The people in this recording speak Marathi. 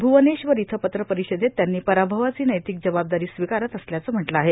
भुवनेश्वर इथं पत्र र्पारषदेत त्यांनी पराभवाची र्नौतक जबाबदारी स्वीकारत असल्याचं म्हटलं आहे